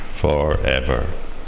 forever